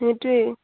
সেইটোৱে